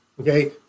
Okay